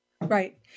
right